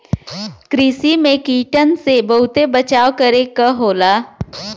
कृषि में कीटन से बहुते बचाव करे क होला